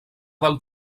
del